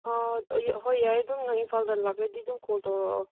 ꯑꯥ ꯍꯣꯏ ꯌꯥꯏꯌꯦ ꯑꯗꯨꯝ ꯅꯪ ꯏꯝꯐꯥꯜꯗ ꯂꯥꯛꯂꯗꯤ ꯑꯗꯨꯝ ꯀꯣꯜ ꯇꯧꯔꯛꯑꯣ